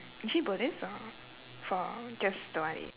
is she buddhist or for just don't want to eat